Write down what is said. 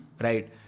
Right